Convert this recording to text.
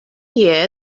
year